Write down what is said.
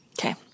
Okay